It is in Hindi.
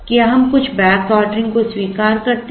क्या हम कुछ बैकऑर्डरिंग को स्वीकार करते हैं